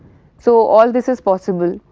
so, all this is possible,